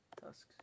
Tusks